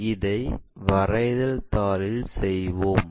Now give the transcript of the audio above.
எனவே இதை வரைதல் தாளில் செய்வோம்